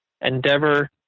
endeavor